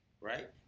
Right